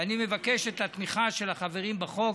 ואני מבקש את התמיכה של החברים בחוק.